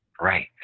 Right